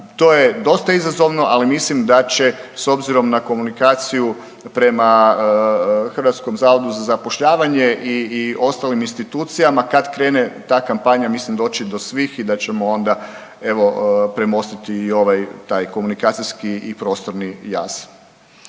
To je dosta izazovno, ali mislim da će s obzirom na komunikaciju prema HZZ-u i ostalim institucijama kad krene ta kampanja mislim doći do svih i da ćemo premostiti i ovaj taj komunikacijski i prostorni jaz.